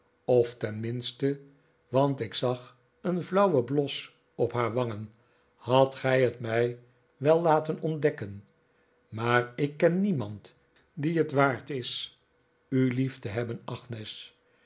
of tenminste want ik zag een flauwen bios op haar wangen hadt gij het mij wel laten ontdekken maar ik ken niemand die het waard is u lief te hebben